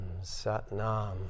Satnam